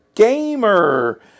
Gamer